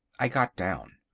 i got down.